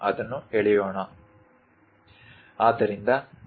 ಅದನ್ನು ಎಳೆಯೋಣ